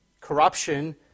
corruption